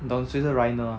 你懂谁是 reiner 吗